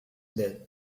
death